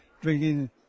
drinking